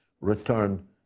return